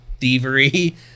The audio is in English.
thievery